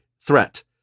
threat